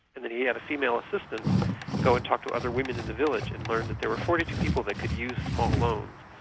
and then he had a female assistant go and talk to other women in the village and learn that there were forty two people that could use small loans,